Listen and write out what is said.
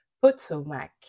Potomac